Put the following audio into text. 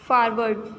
forward